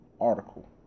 Article